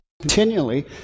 continually